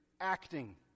acting